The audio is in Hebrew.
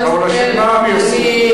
אבל השנה אני עסוק.